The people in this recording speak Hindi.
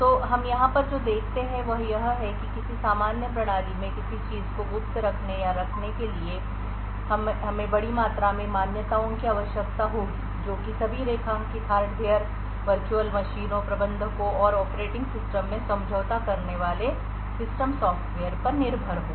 तो हम यहाँ पर जो देखते हैं वह यह है कि किसी सामान्य प्रणाली में किसी चीज़ को गुप्त रखने या रखने के लिए हमें बड़ी मात्रा में मान्यताओं की आवश्यकता होगी जो कि सभी रेखांकित हार्डवेयर वर्चुअल मशीनों प्रबंधकों और ऑपरेटिंग सिस्टम से समझौता करने वाले सिस्टम सॉफ़्टवेयर पर निर्भर हों